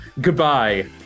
Goodbye